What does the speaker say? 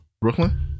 Brooklyn